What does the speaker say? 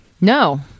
No